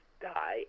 die